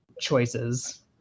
choices